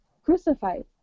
crucified